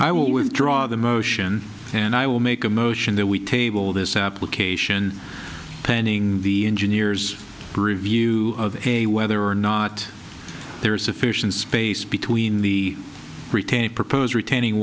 i will withdraw the motion and i will make a motion that we tabled this application pending the engineers review of a whether or not there is sufficient space between the retained proposed retaining